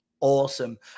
awesome